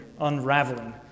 unraveling